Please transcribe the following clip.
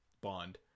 Bond